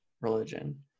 religion